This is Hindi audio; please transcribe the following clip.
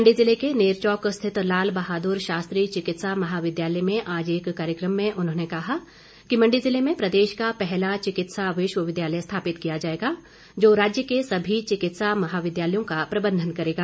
मंडी जिले के नेरचौक स्थित लाल बहादुर शास्त्री चिकित्सा महाविद्यालय में आज एक कार्यक्रम में उन्होंने कहा कि मंडी जिले में प्रदेश का पहला चिकित्सा विश्वविद्यालय स्थापित किया जाएगा जो राज्य के सभी चिकित्सा महाविद्यालयों का प्रबंधन करेगा